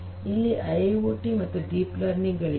ಇಲ್ಲಿ ಐಐಓಟಿ ಮತ್ತು deep learning ಗಳಿವೆ